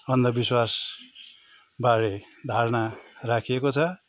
अन्धविश्वास बारे धारणा राखिएको छ